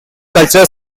cultural